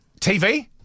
TV